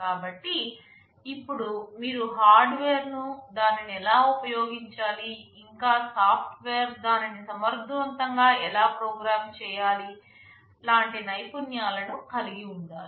కాబట్టి ఇప్పుడు మీరు హార్డ్వేర్ను దానిని ఎలా ఉపయోగించాలి ఇంకా సాఫ్ట్వేర్ దానిని సమర్థవంతంగా ఎలా ప్రోగ్రామ్ చేయాలి లాంటి నైపుణ్యాలను కలిగి ఉండాలి